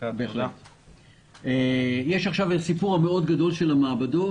יש עכשיו את הסיפור הגדול מאוד של המעבדות.